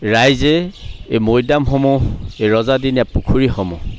ৰাইজে এই মৈদামসমূহ এই ৰজাদিনীয়া পুখুৰীসমূহ